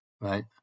right